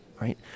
right